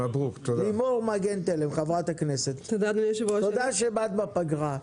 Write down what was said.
חברת הכנסת לימור מגן תלם, תודה שבאת בפגרה.